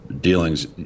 dealings